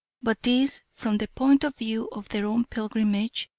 but these, from the point of view of their own pilgrimage,